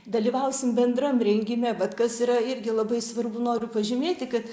dalyvausim bendram rengime vat kas yra irgi labai svarbu noriu pažymėti kad